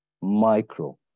micro